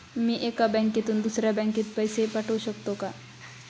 मी एका बँकेतून दुसऱ्या बँकेत पैसे पाठवू शकतो का?